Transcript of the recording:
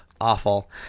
awful